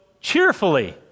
cheerfully